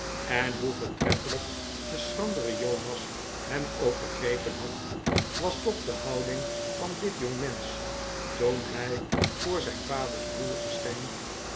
en hoe voortreffelijk de schrandere jonas hem ook begrepen had was toch de houding van dit jongmensch toen hij voor zijn yaders broer verscheen